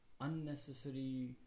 unnecessary